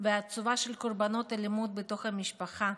והעצובה של קורבנות אלימות בתוך המשפחה,